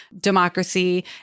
democracy